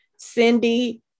cindy